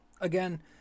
again